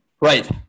right